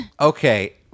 Okay